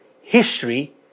History